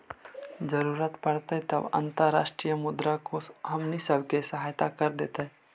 जरूरत पड़तई तब अंतर्राष्ट्रीय मुद्रा कोश हमनी सब के सहायता कर देतई